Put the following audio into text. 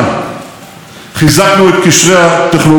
הגדולות במערב אירופה ובראשן גרמניה,